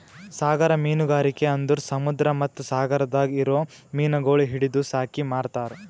ಸಾಗರ ಮೀನುಗಾರಿಕೆ ಅಂದುರ್ ಸಮುದ್ರ ಮತ್ತ ಸಾಗರದಾಗ್ ಇರೊ ಮೀನಗೊಳ್ ಹಿಡಿದು ಸಾಕಿ ಮಾರ್ತಾರ್